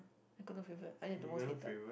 I got no favourite I think the most hated